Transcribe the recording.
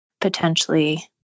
potentially